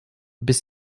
bis